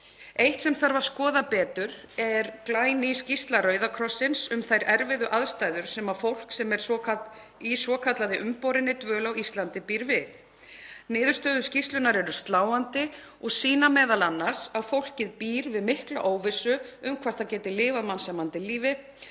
Eitt sem þarf að skoða betur er glæný skýrsla Rauða krossins um þær erfiðu aðstæður sem fólk býr við sem er í svokallaðri umborinni dvöl á Íslandi. Niðurstöður skýrslunnar eru sláandi og sýna m.a. að fólkið býr við mikla óvissu um hvort það geti lifað mannsæmandi lífi.